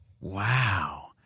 Wow